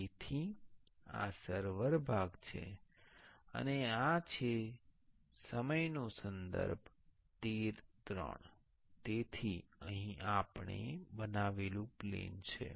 તેથી આ સર્વર ભાગ છે અને આ છે તેથી અહીં આપણે બનાવેલું પ્લેન છે